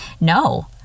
No